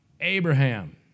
Abraham